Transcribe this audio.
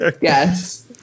Yes